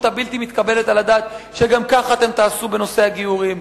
הבלתי-מתקבלת על הדעת שגם ככה אתם תעשו בנושא הגיורים.